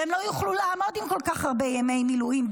והם לא יוכלו לעמוד עם כל כך הרבה ימי מילואים,